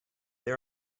they